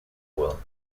well